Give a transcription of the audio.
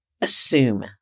assume